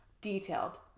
Detailed